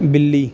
ਬਿੱਲੀ